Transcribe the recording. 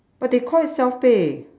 but they call it self pay